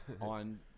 on